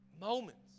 Moments